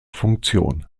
funktion